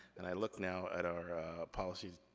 and i look now at our policies,